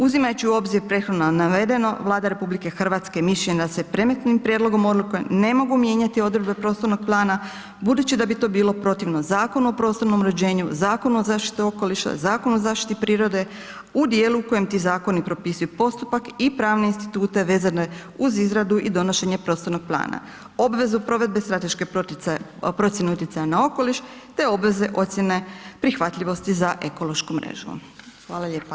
Uzimajući obzir prethodno navedeno, Vlada RH je mišljenja da se predmetnim prijedlogom odluka ne mogu mijenjati odredbe prostornog plana budući da bi to bilo protivno Zakonu o prostornom uređenju, Zakonom o zaštiti okoliša, Zakonom o zaštiti prirode u djelu u kojem ti zakoni propisuju postupak i pravne institute vezane uz izradu i donošenje prostornog plana, obvezu provedbe strateške procjene utjecaja na okoliš te obveze ocjene prihvatljivosti za ekološku mrežu, hvala lijepa.